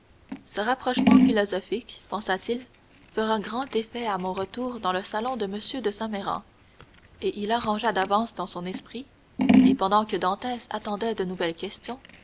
ce rapprochement philosophique pensa-t-il fera grand effet à mon retour dans le salon de m de saint méran et il arrangea d'avance dans son esprit et pendant que dantès attendait de nouvelles questions